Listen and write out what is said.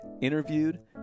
interviewed